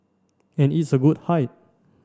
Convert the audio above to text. and it's a good height